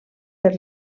per